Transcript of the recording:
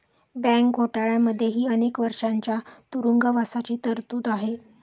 bank घोटाळ्यांमध्येही अनेक वर्षांच्या तुरुंगवासाची तरतूद आहे